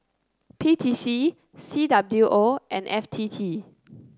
P T C C W O and F T T